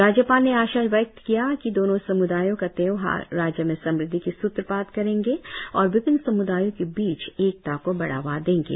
राज्यपाल ने आशा व्यक्त किया की दोनों सम्दायों का त्योहार राज्य में समृद्धि की सूत्रपात करेंगे और विभिन्न समुदायों के बीच एकता को बढ़ावा देंगे